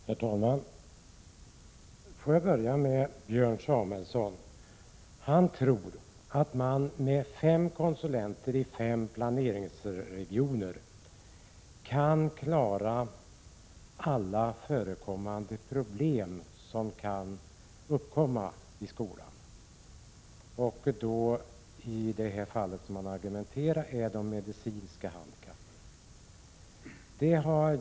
Herr talman! Får jag börja med Björn Samuelson. Han tror att man med fem konsulenter i fem planeringsregioner kan klara alla de problem som kan uppkomma i skolan. I det här fallet rör det sig om medicinska handikapp.